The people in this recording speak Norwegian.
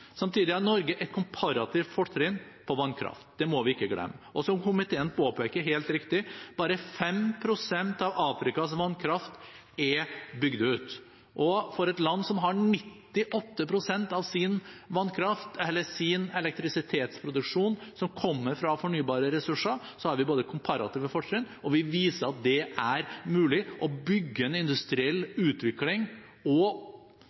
Samtidig har Norge et komparativt fortrinn på vannkraft – det må vi ikke glemme – og som komiteen helt riktig påpeker: Bare 5 pst. av Afrikas vannkraft er bygd ut. Som et land som har 98 pst. av sin elektrisitetsproduksjon fra fornybare ressurser, har vi komparative fortrinn, og vi viser at det er mulig å bygge en industriell utvikling og